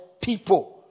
people